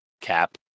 Cap